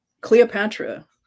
Cleopatra